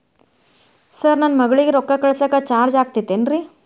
Sir ನನ್ನ ಮಗಳಗಿ ರೊಕ್ಕ ಕಳಿಸಾಕ್ ಚಾರ್ಜ್ ಆಗತೈತೇನ್ರಿ?